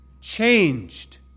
changed